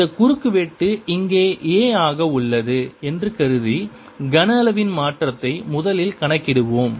இந்த குறுக்கு வெட்டு இங்கே A ஆக உள்ளது என்று கருதி கன அளவின் மாற்றத்தை முதலில் கணக்கிடுவோம்